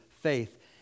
faith